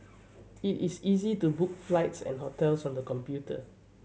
it is easy to book flights and hotels on the computer